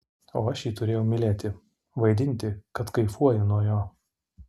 o aš jį turėjau mylėti vaidinti kad kaifuoju nuo jo